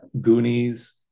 goonies